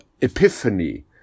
epiphany